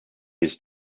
his